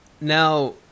now